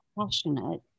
passionate